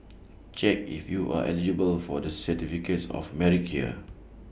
check if you are eligible for the certificates of merit here